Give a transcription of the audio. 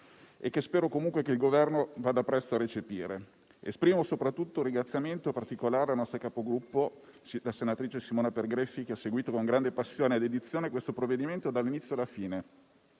che spero comunque il Governo vada presto a recepire. Esprimo soprattutto un ringraziamento particolare alla nostra Capogruppo, la senatrice Simona Pergreffi, che ha seguito con grande passione e dedizione questo provvedimento dall'inizio alla fine.